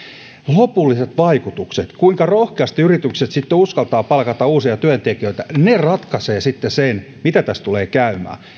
lopulliset vaikutukset kuinka rohkeasti yritykset sitten uskaltavat palkata uusia työntekijöitä ratkaisevat sitten sen miten tässä tulee käymään